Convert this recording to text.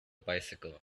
bicycle